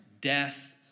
death